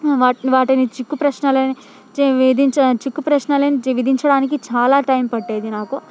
వాట వాటిని చిక్కు ప్రశ్నలను విధించిన చిక్కు ప్రశ్నలను విధించడానికి చాలా టైమ్ పట్టేది నాకు